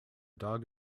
dog